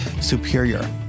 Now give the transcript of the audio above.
SUPERIOR